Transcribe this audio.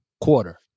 quarter